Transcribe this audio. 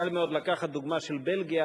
קל מאוד לקחת את הדוגמה של בלגיה,